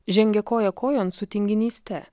žengia koja kojon su tinginyste